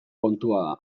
kontua